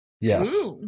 Yes